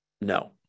no